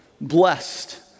blessed